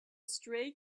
stray